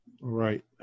right